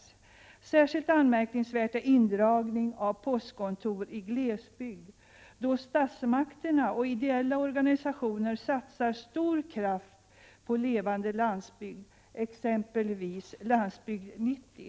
Särskilt anmärkningsvärd är indragning av postkontor i glesbygd, då statsmakterna och ideella organisationer satsar stor kraft på en levande landsbygd, vilket kommit till uttryck i t.ex. Landsbygd 90.